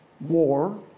war